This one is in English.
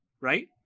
right